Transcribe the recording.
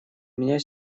меня